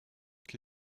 qui